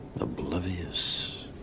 oblivious